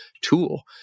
tool